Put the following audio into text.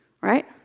right